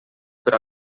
per